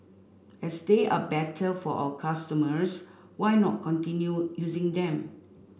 as they are better for our customers why not continue using them